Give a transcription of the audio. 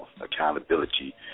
Accountability